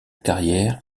carrière